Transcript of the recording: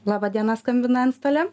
laba diena skambina antstolė